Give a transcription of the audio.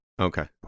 Okay